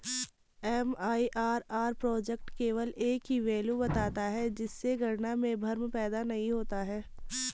MIRR project केवल एक ही वैल्यू बताता है जिससे गणना में भ्रम पैदा नहीं होता है